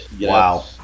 Wow